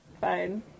Fine